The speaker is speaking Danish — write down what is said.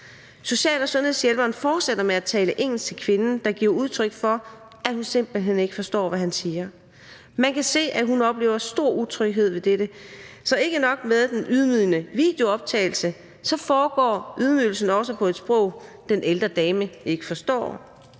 Social- og sundhedshjælperen fortsætter med at tale engelsk til kvinden, der giver udtryk for, at hun simpelt hen ikke forstår, hvad han siger. Man kan se, at hun oplever stor utryghed ved dette. Så ikke nok med den ydmygende videooptagelse foregår ydmygelsen også på et sprog, den ældre dame ikke forstår.